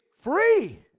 free